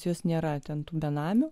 jos nėra ten tų benamių